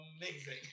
amazing